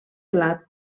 blat